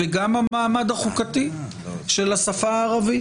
וגם המעמד החוקתי של השפה הערבית.